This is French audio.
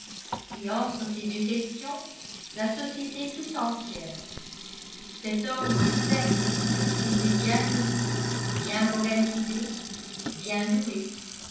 et entre ces deux questions la société tout entière cet homme certes était bien né bien organisé bien doué